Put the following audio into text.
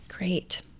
Great